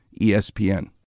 ESPN